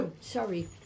sorry